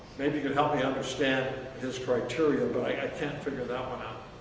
maybe you could help me understand his criteria, but i can't figure that one out.